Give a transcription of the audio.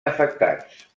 afectats